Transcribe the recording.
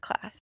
class